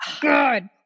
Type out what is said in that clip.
good